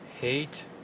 hate